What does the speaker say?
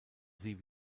sie